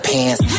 Pants